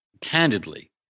candidly